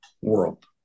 world